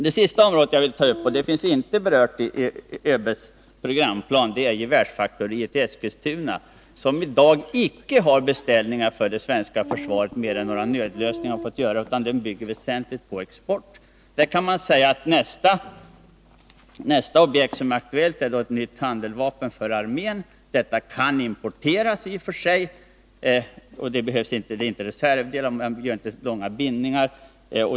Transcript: Det sista jag vill ta upp — och det finns inte berört i ÖB:s programplan — är gevärsfaktoriet i Eskilstuna, som i dag icke har några beställningar från det svenska försvaret mer än några nödlösningar utan som väsentligen bygger på export. Där kan man säga att nästa objekt som är aktuellt är ett nytt handeldvapen för armén. Det kan i och för sig importeras, och där är det inte fråga om reservdelar och långa bindningar.